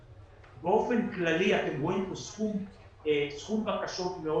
באופן כללי אתם רואים כאן סכום בקשות מאוד